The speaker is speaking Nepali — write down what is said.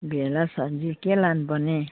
भेरा सब्जी के लानुपर्ने